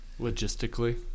Logistically